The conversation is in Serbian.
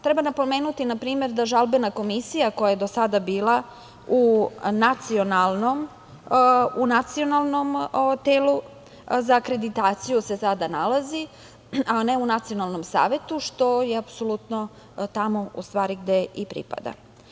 Treba napomenuti npr. da žalbena komisija koja je do sada bila u Nacionalnom telu za akreditaciju se sada nalazi, a ne u Nacionalnom savetu, što je apsolutno tamo gde i pripada.